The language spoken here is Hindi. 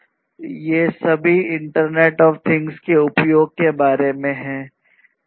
ये सभी इंटरनेट ऑफ थिंग्स के उपयोग के बारे में हैं